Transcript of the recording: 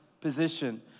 position